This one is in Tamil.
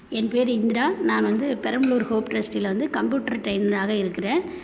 என் பெயரு இந்திரா நான் வந்து பெரம்பலூர் ஹோப் டிரஸ்டில் வந்து கம்ப்யூட்டர் ட்ரைனராக இருக்கிறேன்